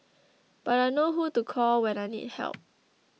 but I know who to call when I need help